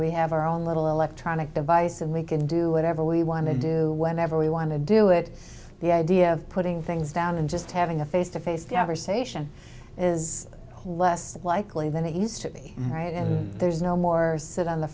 we have our own little electronic device and we can do whatever we want to do whenever we want to do it the idea of putting things down and just having a face to face the ever say is less likely than they used to be right and there's no more sit on the